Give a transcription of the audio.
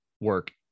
work